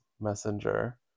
messenger